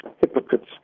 hypocrites